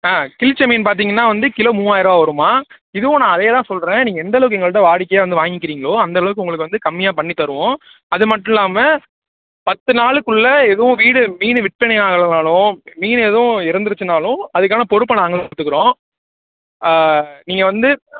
ஆ கிளிச்ச மீன் பார்த்தீங்கன்னா வந்து கிலோ மூவாயர ரூபா வரும்மா இதுவும் நான் அதே தான் சொல்கிறேன் நீங்கள் எந்த அளவுக்கு எங்கள்கிட்ட வாடிக்கையாக வந்து வாங்கிக்கிறீங்களோ அந்தளவுக்கு உங்களுக்கு வந்து கம்மியாக பண்ணித் தருவோம் அது மட்டுல்லாமல் பத்து நாலுக்குள்ள எதுவும் வீடு மீன் விற்பனை ஆகலைனாலும் மீன் எதுவும் இறந்திருச்சுன்னாலும் அதுக்கான பொறுப்பை நாங்களும் எடுத்துக்கிறோம் நீங்கள் வந்து